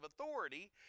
authority